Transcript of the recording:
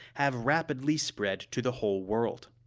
have rapidly spread to the whole world.